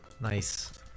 Nice